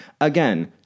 Again